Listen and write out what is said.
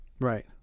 right